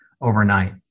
overnight